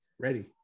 ready